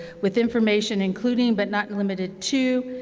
with information including, but not limited to,